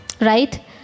Right